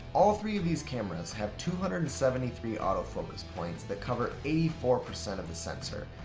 all three of these cameras have two hundred and seventy three autofocus points that cover eighty four percent of the sensor.